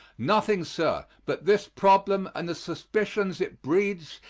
nothing, sir, but this problem and the suspicions it breeds,